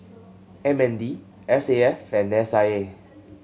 M N D S A F and S I A